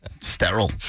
Sterile